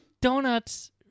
Donuts